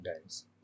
guys